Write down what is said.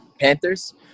Panthers